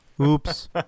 Oops